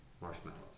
marshmallows